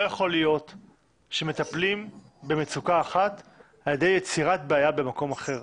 לא יכול להיות שמטפלים במצוקה אחת על ידי יצירת בעיה במקום אחר.